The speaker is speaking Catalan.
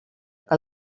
que